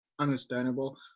Understandable